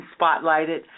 spotlighted